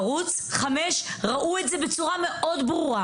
ראו את זה בסרטון